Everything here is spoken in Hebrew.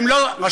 הם לא רשאים,